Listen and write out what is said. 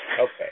Okay